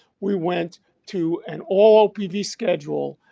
we went to an all pv schedule,